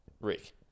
Rick